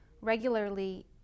Regularly